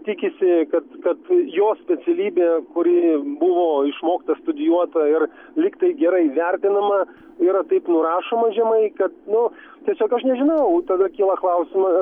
tikisi kad kad jo specialybė kuri buvo išmokta studijuota ir lyg tai gerai vertinama yra taip nurašoma žemai kad nu tiesiog aš nežinau tada kyla klausimas